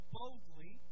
boldly